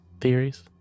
theories